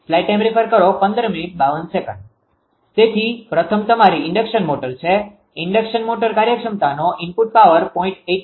તેથી પ્રથમ તમારી ઇન્ડક્શન મોટર છે ઇન્ડકશન મોટર કાર્યક્ષમતાનો ઈનપુટ પાવર 0